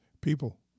People